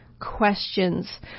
questions